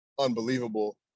unbelievable